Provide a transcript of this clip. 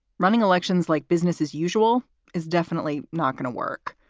running elections like business as usual is definitely not going to work.